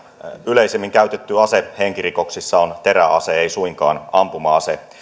yleisimmin käytetty ase henkirikoksissa on teräase ei suinkaan ampuma ase